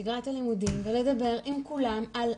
שגרת הלימודים ולדבר עם כולם על,